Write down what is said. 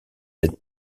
cette